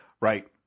right